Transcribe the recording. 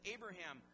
Abraham